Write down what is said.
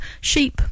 sheep